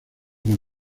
con